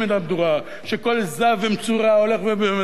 שכל זב ומצורע הולך ומדבר על העניין הזה,